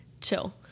chill